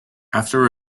after